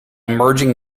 merging